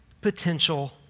potential